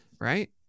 Right